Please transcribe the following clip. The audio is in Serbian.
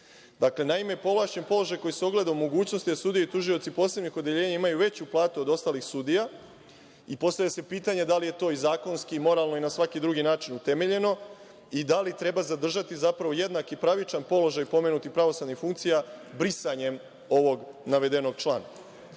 naime, povlašćen položaj koji se ogleda u mogućnosti da sudije i tužioci posebnih odeljenja imaju veću platu od ostalih sudija i postavlja se pitanje – da li je to i zakonski i moralno i na svaki drugi način utemeljeno i da li treba zadržati zapravo jednak i pravičan položaj pomenutih pravosudnih funkcija brisanjem ovog navedenog